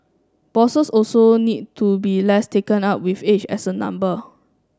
bosses also need to be less taken up with age as a number